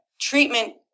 treatment